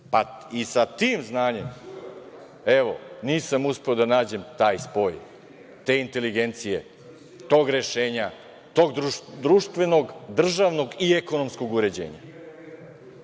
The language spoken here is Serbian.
pa i sa tim znanjem nisam uspeo da nađem taj spoj te inteligencije, tog rešenja, tog društvenog, državnog i ekonomskog uređenja. Znate